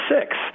six